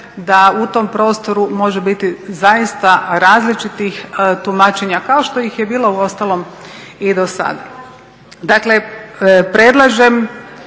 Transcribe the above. da u tom prostoru može biti zaista različitih tumačenja kao što ih je bilo uostalom i do sada. Dakle, predlažem